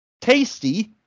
tasty